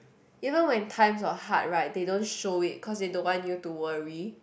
you know when times are hard right they don't show it cause they don't want you to worry